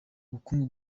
bukungu